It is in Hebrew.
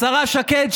השרה שקד,